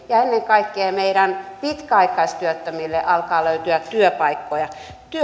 ja ennen kaikkea meidän pitkäaikaistyöttömille alkaa löytyä työpaikkoja